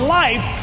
life